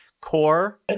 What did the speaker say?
core